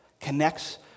connects